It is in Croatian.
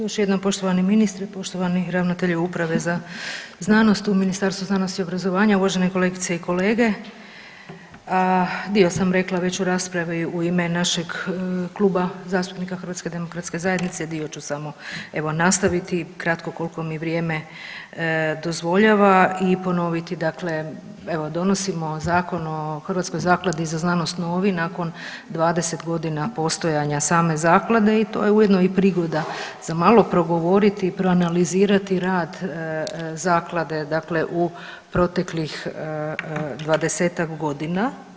Još jednom poštovani ministre, poštovani uprave za znanost u Ministarstvu znanosti i obrazovanja, uvažene kolegice i kolege, dio sam rekla već u raspravi u ime našeg Kluba zastupnika HDZ-a, dio ću samo evo nastaviti kratko koliko mi vrijeme dozvoljava i ponoviti dakle evo donosimo Zakon o Hrvatskoj zakladi za znanost novi nakon 20 godina postojanja same zaklade i to je ujedno i prigoda za malo progovoriti i proanalizirati rad zaklade dakle u proteklih 20-tak godina.